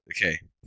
Okay